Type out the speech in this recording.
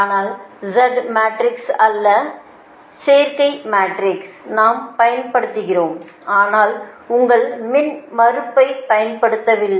ஆனால் z matrix அல்ல சேர்க்கை மேட்ரிக்ஸை நாம் பயன்படுத்துகிறோம் ஆனால் உங்கள் மின்மறுப்பைப் பயன்படுத்வில்லை